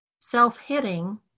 self-hitting